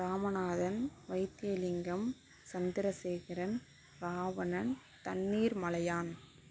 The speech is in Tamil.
ராமநாதன் வைத்தியலிங்கம் சந்திரசேகரன் ராவணன் தண்ணீர் மலையான்